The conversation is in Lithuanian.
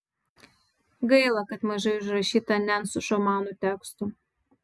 gaila kad mažai užrašyta nencų šamanų tekstų